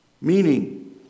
meaning